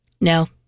No